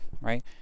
right